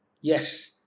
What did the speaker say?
Yes